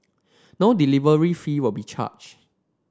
no delivery fee will be charged